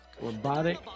Robotic